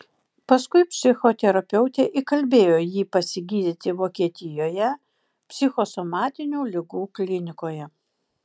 paskui psichoterapeutė įkalbėjo jį pasigydyti vokietijoje psichosomatinių ligų klinikoje